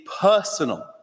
personal